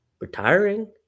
retiring